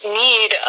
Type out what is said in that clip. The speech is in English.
need